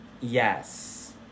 Yes